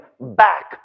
back